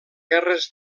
guerres